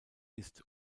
ist